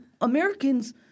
Americans